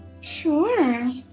Sure